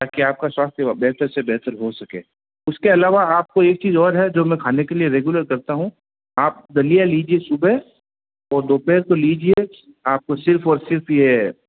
ताकि आपका स्वास्थ्य सेवा बेहतर से बेहतर हो सके उसके अलावा आपको एक चीज और है जो मैं खाने के लिए रेगुलर करता हूँ आप दलिया लीजिए सुबह और दोपहर को लीजिए आपको सिर्फ और सिर्फ ये